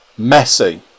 Messi